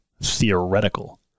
theoretical